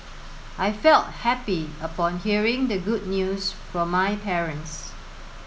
I felt happy upon hearing the good news from my parents